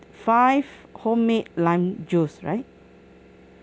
five homemade lime juice right